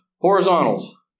horizontals